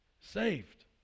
Saved